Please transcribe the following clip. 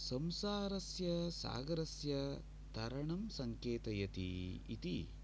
संसारस्य सागरस्य तरणं सङ्केतयति इति